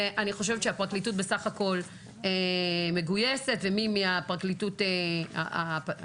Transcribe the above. אני חושבת שהפרקליטות מגויסת, בסך הכל,